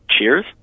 Cheers